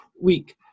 week